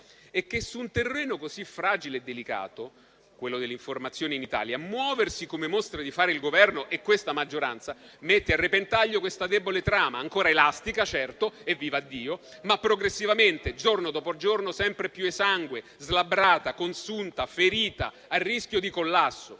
è che su un terreno così fragile e delicato, quello dell'informazione in Italia, muoversi come mostrano di fare il Governo e questa maggioranza mette a repentaglio questa debole trama ancora elastica - certo, e vivaddio - ma progressivamente, giorno dopo giorno, sempre più esangue, slabbrata, consunta, ferita, a rischio di collasso.